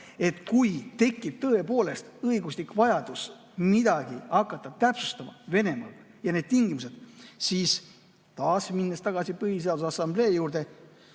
et kui tekib tõepoolest õiguslik vajadus midagi hakata täpsustama Venemaaga, siis need tingimused – lähen taas tagasi Põhiseaduse Assamblee juurde